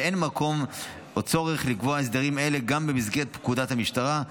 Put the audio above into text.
ואין מקום או צורך לקבוע הסדרים אלה גם במסגרת פקודת המשטרה,